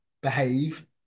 behave